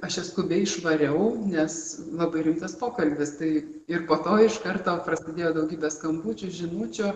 aš jas skubiai išvariau nes labai rimtas pokalbis tai ir po to iš karto prasidėjo daugybės skambučių žinučių